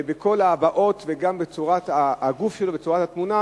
ובכל ההבעות וגם בצורת הגוף שלו ובצורת התמונה,